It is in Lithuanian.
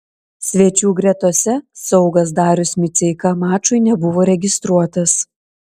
svečių gretose saugas darius miceika mačui nebuvo registruotas